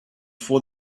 for